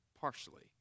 partially